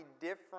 different